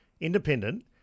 independent